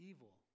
Evil